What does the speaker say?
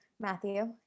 Matthew